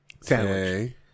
sandwich